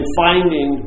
finding